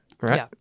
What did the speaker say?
right